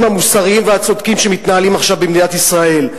המוסריים והצודקים שמתנהלים עכשיו במדינת ישראל,